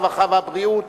הרווחה והבריאות.